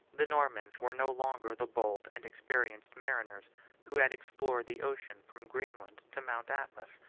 the normans were no longer the bold and experienced mariners who had explored the ocean from greenland to mount atlas,